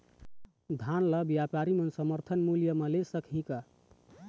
धान ला व्यापारी हमन समर्थन मूल्य म ले सकही का?